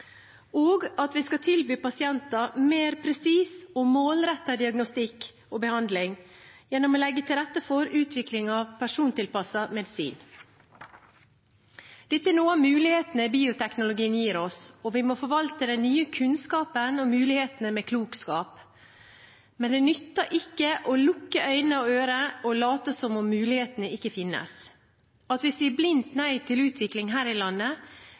helse ivaretas. Vi skal også tilby pasientene mer presis og målrettet diagnostikk og behandling gjennom å legge til rette for utvikling av persontilpasset medisin. Dette er noen av mulighetene bioteknologien gir oss, og vi må forvalte den nye kunnskapen og de nye mulighetene med klokskap. Men det nytter ikke å lukke øyne og ører og late som om mulighetene ikke finnes. At vi sier blindt nei til utvikling her i landet,